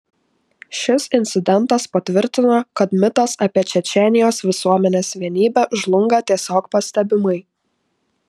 šis incidentas patvirtino kad mitas apie čečėnijos visuomenės vienybę žlunga tiesiog pastebimai